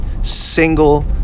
single